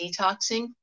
detoxing